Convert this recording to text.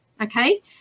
okay